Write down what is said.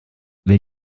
will